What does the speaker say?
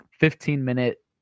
15-minute